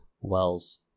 wells